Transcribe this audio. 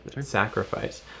sacrifice